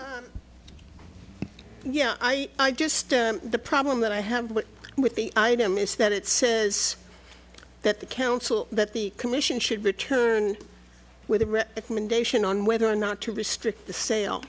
a yeah i i just the problem that i have with the item is that it says that the council that the commission should return with nation on whether or not to restrict the sale